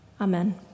Amen